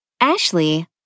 Ashley